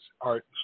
art